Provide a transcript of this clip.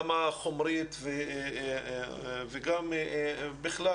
גם החומרית וגם בכלל,